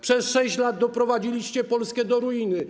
Przez 6 lat doprowadziliście Polskę do ruiny.